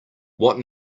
what